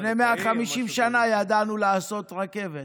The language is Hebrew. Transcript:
לפני 150 שנה ידענו לעשות רכבת,